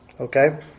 Okay